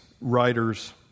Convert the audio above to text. writers